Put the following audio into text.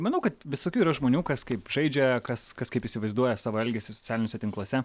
manau kad visokių yra žmonių kas kaip žaidžia kas kas kaip įsivaizduoja savo elgesį socialiniuose tinkluose